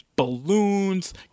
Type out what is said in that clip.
Balloons